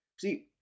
See